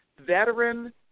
Veteran